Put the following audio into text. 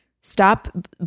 Stop